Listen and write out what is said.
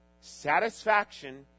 Satisfaction